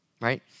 right